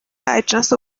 اجناس